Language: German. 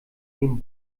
den